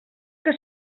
que